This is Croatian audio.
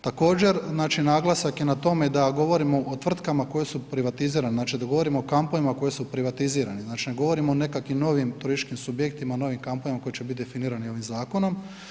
Također, znači naglasak je na tome da govorimo o tvrtkama koje su privatizirane, znači da govorimo o kampovima koji su privatizirani, znači ne govorimo o nekakvim novim turističkim subjektima, novim kampovima koji će bit definirani ovim zakonom.